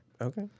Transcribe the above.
Okay